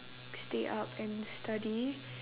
stay up and study